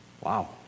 Wow